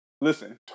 listen